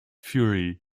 fury